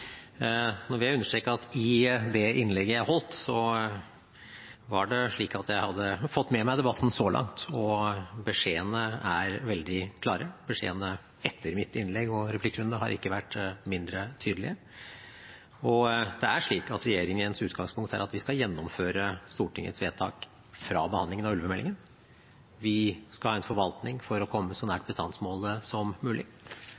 Jeg vil understreke at i det innlegget jeg holdt, var det slik at jeg hadde fått med meg debatten så langt, og beskjedene er veldig klare – beskjedene etter mitt innlegg og i replikkrunden har ikke vært mindre tydelige. Regjeringens utgangspunkt er at vi skal gjennomføre Stortingets vedtak fra behandlingen av ulvemeldingen. Vi skal ha en forvaltning for å komme så nært bestandsmålet som mulig,